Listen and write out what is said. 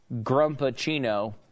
Grumpachino